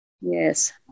Yes